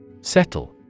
Settle